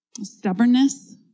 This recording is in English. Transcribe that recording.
Stubbornness